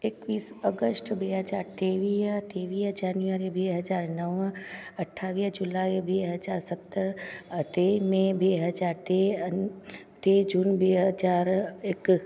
एकवीस अगस्ट बे हज़ार टेवीह टेवीह जान्युआरी बे हज़ार नव अठावीह जुलाई बे हज़ार सत टे मे बे हज़ार टे टे जून बे हज़ार हिकु